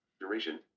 Duration